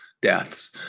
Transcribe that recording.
deaths